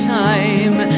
time